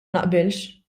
naqbilx